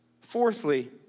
fourthly